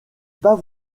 pas